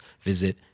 visit